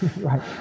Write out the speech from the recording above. Right